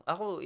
Ako